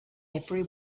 every